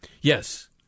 Yes